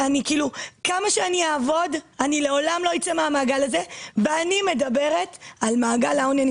כמה שאני אעבוד אני לעולם לא אצא מהמעגל הזה ואני מדברת על מעגל העוני.